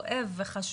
כואב וחשוב,